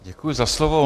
Děkuji za slovo.